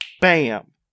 Bam